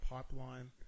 Pipeline